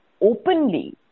openly